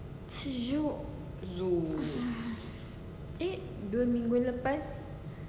sejuk eh dua minggu lepas